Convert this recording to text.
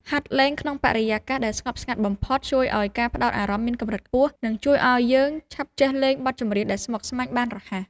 ហាត់លេងក្នុងបរិយាកាសដែលស្ងប់ស្ងាត់បំផុតជួយឱ្យការផ្ដោតអារម្មណ៍មានកម្រិតខ្ពស់ និងជួយឱ្យយើងឆាប់ចេះលេងបទចម្រៀងដែលស្មុគស្មាញបានរហ័ស។